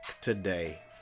today